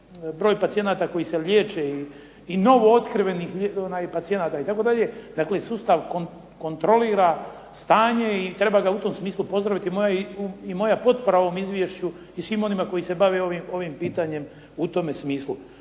broj pacijenata koji se liječe i novootkrivenih pacijenata itd. dakle sustav kontrolira stanje i treba ga u tom smislu pozdraviti. Moja potpora ovom izvješću i svima onima koji se bave ovim pitanjem u tome smislu.